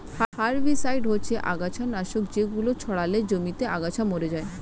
herbicide হচ্ছে আগাছানাশক যেগুলো ছড়ালে জমিতে আগাছা মরে যায়